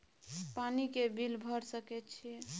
पानी के बिल भर सके छियै?